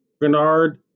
Bernard